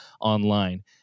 online